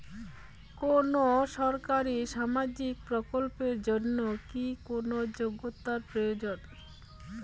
কোনো সরকারি সামাজিক প্রকল্পের জন্য কি কোনো যোগ্যতার প্রয়োজন?